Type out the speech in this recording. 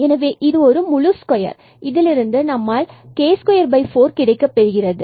எனவே இந்த முழு ஸ்கொயர் இல் இருந்து நமக்கு k24 கிடைக்கப்பெறுகிறது